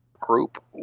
Group